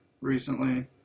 recently